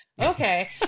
Okay